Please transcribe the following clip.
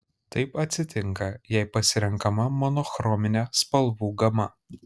taip atsitinka jei pasirenkama monochrominė spalvų gama